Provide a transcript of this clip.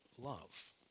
love